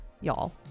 y'all